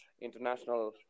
international